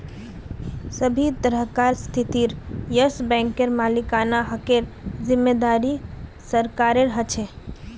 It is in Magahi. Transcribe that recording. सभी तरहकार स्थितित येस बैंकेर मालिकाना हकेर जिम्मेदारी सरकारेर ह छे